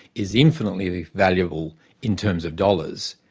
is infinitely valuable in terms of dollars,